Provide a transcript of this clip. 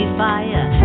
fire